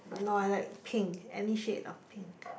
no I like pink any shade of pink